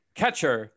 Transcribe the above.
catcher